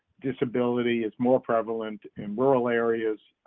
disability is more prevalent in rural areas,